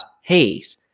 hate